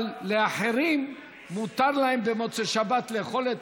אבל לאחרים מותר במוצאי שבת לאכול את